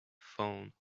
phone